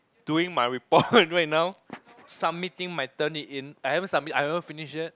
doing my report right now submitting my Turnitin I haven't submit I haven't finish yet